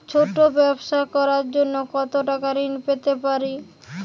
ছোট ব্যাবসা করার জন্য কতো টাকা ঋন পেতে পারি?